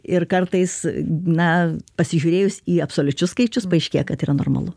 ir kartais na pasižiūrėjus į absoliučius skaičius paaiškėja kad yra normalu